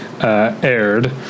aired